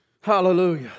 Hallelujah